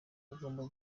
bagomba